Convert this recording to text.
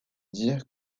dire